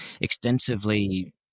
extensively